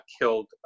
killed